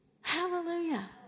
Hallelujah